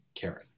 Karen